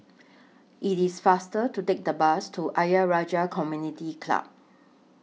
IT IS faster to Take The Bus to Ayer Rajah Community Club